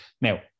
Now